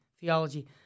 theology